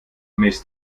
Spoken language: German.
mist